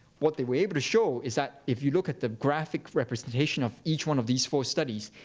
what they were able to show is that if you look at the graphic representation of each one of these four studies,